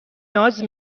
ناز